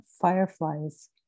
fireflies